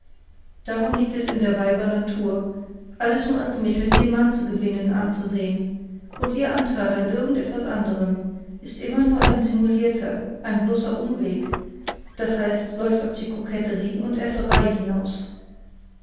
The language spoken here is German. darum liegt es in der weiber natur alles nur als mittel den mann zu gewinnen anzusehn und ihr antheil an irgend etwas anderem ist immer nur ein simulirter ein bloßer umweg d h läuft auf koketterie und aefferei hinaus